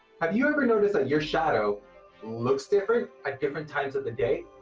have you ever noticed that your shadow looks different at different times of the day?